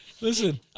Listen